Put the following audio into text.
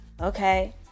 Okay